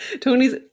tony's